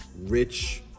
rich